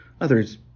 Others